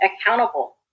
accountable